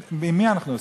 עם מי אנחנו עוסקים?